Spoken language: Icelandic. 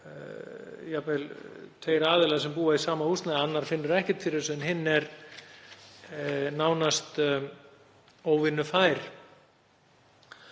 jafnvel tveir aðilar sem búa í sama húsnæði og annar finnur ekkert fyrir þessu en hinn er nánast óvinnufær.